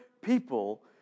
people